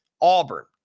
Auburn